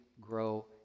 grow